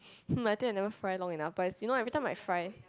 hmm I never fried long enough but you know every time I fry